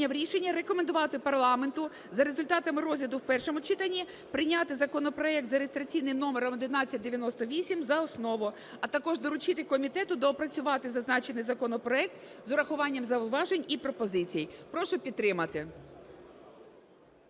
комітет прийняв рішення рекомендувати парламенту за результатами розгляду в першому читанні прийняти законопроект за реєстраційним номером 1198 за основу, а також доручити комітету доопрацювати зазначений законопроект з урахуванням зауважень і пропозицій. Прошу підтримати.